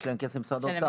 יש להם כסף במשרד האוצר,